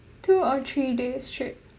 two or three days trip